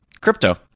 crypto